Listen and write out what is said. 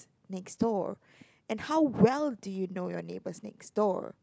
next door and how well do you know your neighbours next door